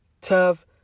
tough